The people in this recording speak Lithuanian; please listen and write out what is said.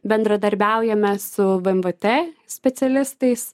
bendradarbiaujame su vmvt specialistais